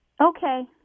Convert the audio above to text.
Okay